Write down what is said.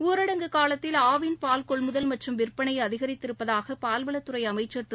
ஊரடங்கு காலத்தில் ஆவின் பால் கொள்முதல் மற்றும் விற்பனை அதிகரித்திருப்பதாக பால்வளத்துறை அமைச்சள் திரு